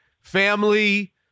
Family